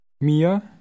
Mia